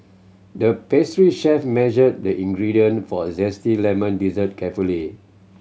the pastry chef measured the ingredient for a zesty lemon dessert carefully